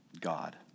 God